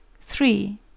three